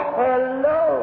hello